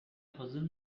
hazır